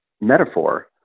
metaphor